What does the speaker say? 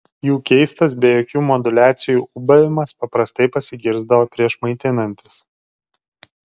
jų keistas be jokių moduliacijų ūbavimas paprastai pasigirsdavo prieš maitinantis